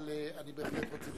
אבל אני בהחלט רוצה לשמוע.